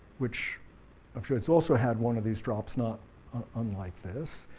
which i'm sure it's also had one of these drops not ah um like this.